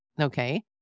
Okay